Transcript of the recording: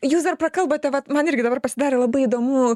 jūs dar pakalbote vat man irgi dabar pasidarė labai įdomu